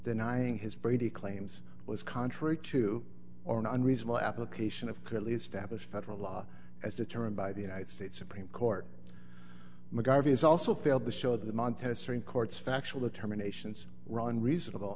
denying his brady claims was contrary to or an unreasonable application of currently established federal law as determined by the united states supreme court mcgarvie is also failed to show the montessori courts factual terminations run reasonable